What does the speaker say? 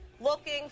looking